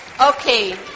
Okay